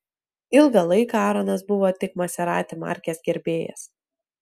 ilgą laiką aaronas buvo tik maserati markės gerbėjas